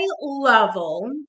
level